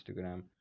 Instagram